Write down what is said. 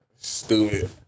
Stupid